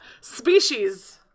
Species